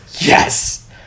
Yes